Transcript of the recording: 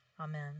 Amen